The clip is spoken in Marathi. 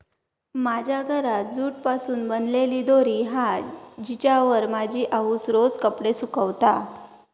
माझ्या घरात जूट पासून बनलेली दोरी हा जिच्यावर माझी आउस रोज कपडे सुकवता